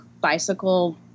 bicycle